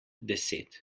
deset